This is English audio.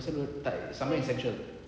dawson road like somewhere in central